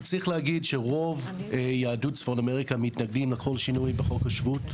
צריך להגיד שרוב יהדות צפון אמריקה מתנגדים לכל שינוי בחוק השבות.